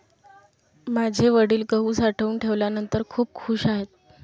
माझे वडील गहू साठवून ठेवल्यानंतर खूप खूश आहेत